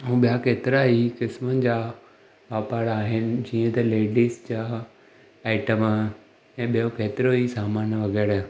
ऐं ॿिया केतिरा ई क़िस्मनि जा वापार आहिनि जीअं त लेडीज़ जा आइटम ऐं ॿियो केतिरो ई सामानु वग़ैरह